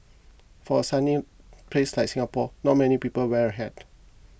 for a sunny place like Singapore not many people wear a hat